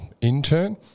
intern